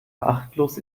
achtlos